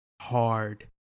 hard